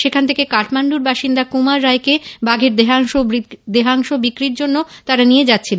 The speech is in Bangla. সেখান থেকে কাঠমান্ডুর বাসিন্দা কুমার রায়কে বাঘের চামড়া বিক্রির জন্য নিয়ে যাচ্ছিল